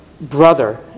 brother